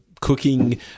cooking